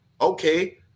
okay